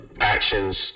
actions